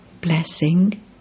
Blessing